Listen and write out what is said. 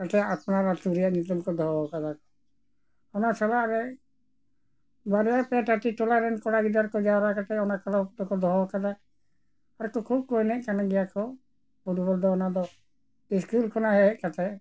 ᱠᱟᱛᱮᱫ ᱟᱯᱱᱟᱨ ᱟᱛᱳ ᱨᱮᱭᱟᱜ ᱧᱩᱛᱩᱢ ᱠᱚ ᱫᱚᱦᱚᱣ ᱠᱟᱫᱟ ᱠᱚ ᱚᱱᱟ ᱥᱟᱞᱟᱜ ᱨᱮ ᱵᱟᱨᱭᱟ ᱯᱮᱭᱟ ᱴᱟᱴᱤ ᱴᱚᱞᱟ ᱨᱮᱱ ᱠᱚᱲᱟ ᱜᱤᱫᱟᱹᱨ ᱠᱚ ᱡᱟᱣᱨᱟ ᱠᱟᱛᱮ ᱚᱱᱟ ᱠᱞᱟᱵᱽ ᱛᱮᱠᱚ ᱫᱚᱦᱚ ᱟᱠᱟᱫᱟ ᱟᱨ ᱠᱚ ᱠᱷᱩᱵ ᱠᱚ ᱮᱱᱮᱡ ᱠᱟᱱ ᱜᱮᱭᱟ ᱠᱚ ᱯᱷᱩᱴᱵᱚᱞ ᱫᱚ ᱚᱱᱟ ᱫᱚ ᱥᱠᱩᱞ ᱠᱷᱚᱱᱟᱜ ᱦᱮᱡ ᱠᱟᱛᱮ